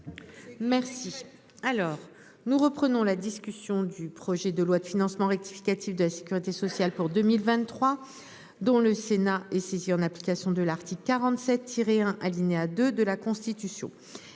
Merci. Alors nous reprenons la discussion du projet de loi de financement rectificatif de la Sécurité sociale pour 2023 dont le Sénat et saisi en application de l'article 47 tirer un alinéa 2 de la Constitution